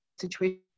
situation